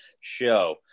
show